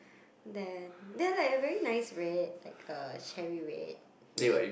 then they are like a very nice red like a cherry red red